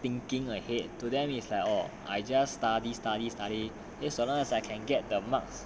thinking ahead to them is like oh I just study study study as so long as I can get the marks